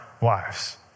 wives